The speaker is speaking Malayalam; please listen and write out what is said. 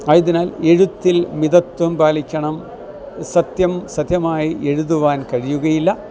ആയതിനാൽ എഴുത്തിൽ മിതത്വം പാലിക്കണം സത്യം സത്യമായി എഴുതുവാൻ കഴിയുകയില്ല